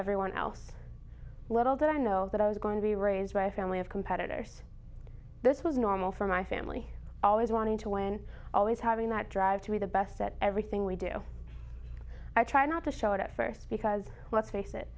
everyone else little did i know that i was going to be raised by a family of competitors this was normal for my family always wanting to win always having that drive to be the best that everything we do i try not to show it at first because let's face it